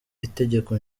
itegeko